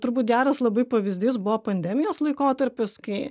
turbūt geras labai pavyzdys buvo pandemijos laikotarpis kai